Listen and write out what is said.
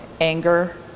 anger